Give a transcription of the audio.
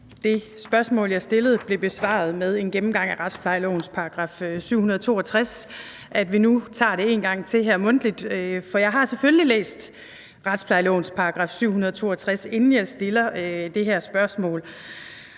det spørgsmål, jeg stillede, blev besvaret med en gennemgang af retsplejelovens § 762, at vi nu tager det en gang til her mundtligt, for jeg har selvfølgelig læst retsplejelovens § 762, inden jeg stiller det her spørgsmål